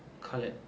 kalid